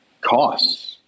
costs